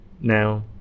Now